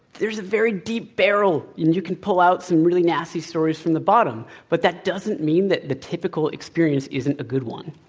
there's a very deep barrel and you can pull out some really nasty stories from the bottom. but that doesn't mean that the typical experience isn't a good one.